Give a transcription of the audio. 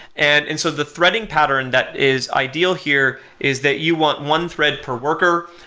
and and so the threading pattern that is ideal here is that you want one thread per worker.